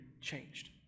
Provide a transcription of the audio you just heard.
changed